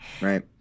right